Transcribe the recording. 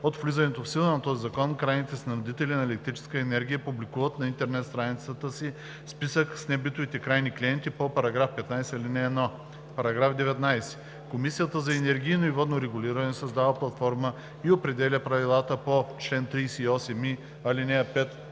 от влизането в сила на този закон крайните снабдители на електрическа енергия публикуват на интернет страницата си списък с небитовите крайни клиенти по § 15, ал. 1. § 19. Комисията за енергийно и водно регулиране създава платформата и определя правилата по чл. 38и, ал. 5